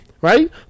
Right